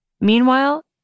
Meanwhile